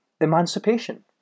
emancipation